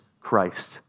Christ